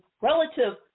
relative